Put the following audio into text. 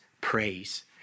praise